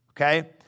okay